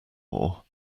more